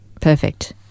perfect